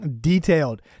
Detailed